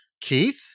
Keith